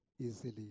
easily